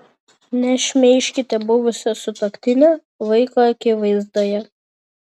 nešmeižkite buvusio sutuoktinio vaiko akivaizdoje